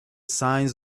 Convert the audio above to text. signs